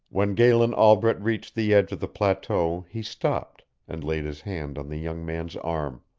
when galen albret reached the edge of the plateau he stopped, and laid his hand on the young man's arm.